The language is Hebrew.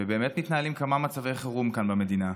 ובאמת מתנהלים כמה מצבי חירום כאן במדינה.